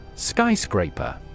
Skyscraper